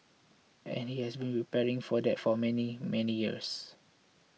and he has been preparing for that for many many years